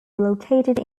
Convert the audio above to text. located